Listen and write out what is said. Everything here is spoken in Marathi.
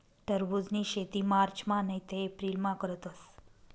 टरबुजनी शेती मार्चमा नैते एप्रिलमा करतस